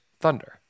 thunder